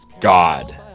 God